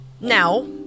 now